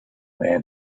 man